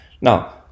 Now